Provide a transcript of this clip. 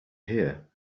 here